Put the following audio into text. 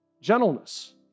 gentleness